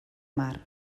mar